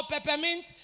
peppermint